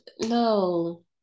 no